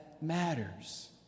matters